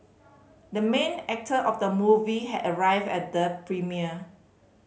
the main actor of the movie has arrived at the premiere